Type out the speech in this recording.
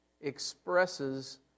expresses